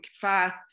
path